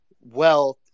wealth